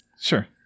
Sure